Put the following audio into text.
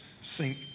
sink